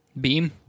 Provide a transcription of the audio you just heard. Beam